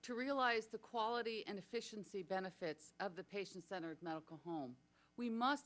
to realize the quality and efficiency benefits of the patient centered medical home we must